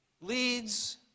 leads